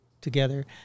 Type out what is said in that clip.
together